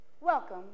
Welcome